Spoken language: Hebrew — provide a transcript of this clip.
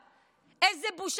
איזה בושה וכלימה.